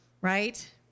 right